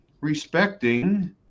respecting